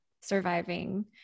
surviving